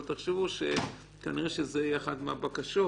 אבל תחשבו שכנראה זאת תהיה אחת מהבקשות.